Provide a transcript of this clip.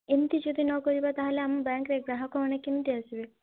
ଏମିତି ଯଦି ନ କରିବା ତାହେଲେ ଆମ ବ୍ୟାଙ୍କରେ ଗ୍ରାହକ ମାନେ କେମିତି ଆସିବେ